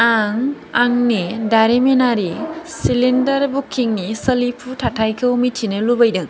आं आंनि दारिमिनारि सिलिदार बुकिं नि सोलिफु थाथायखौ मिथिनो लुबैदों